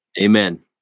amen